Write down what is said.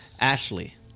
Ashley